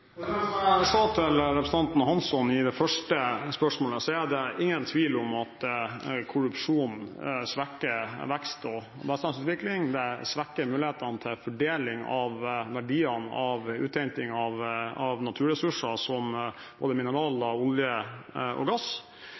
Som jeg sa til representanten Hansson i det første spørsmålet, er det ingen tvil om at korrupsjon svekker vekst og velstandsutvikling – det svekker mulighetene for fordeling av verdiene fra uthenting av naturressurser, som både mineraler, olje og gass.